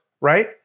right